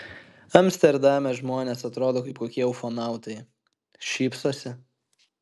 amsterdame žmonės atrodo kaip kokie ufonautai šypsosi